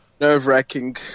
nerve-wracking